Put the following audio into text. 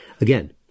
again